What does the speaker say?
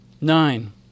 Nine